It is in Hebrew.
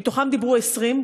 מתוכם דיברו 20,